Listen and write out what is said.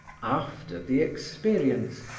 after the experience,